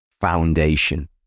foundation